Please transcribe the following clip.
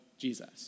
Jesus